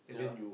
yeah